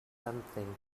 something